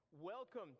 Welcome